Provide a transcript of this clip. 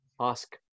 ask